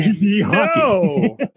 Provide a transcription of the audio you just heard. no